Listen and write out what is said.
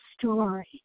story